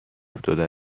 افتاده